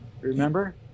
Remember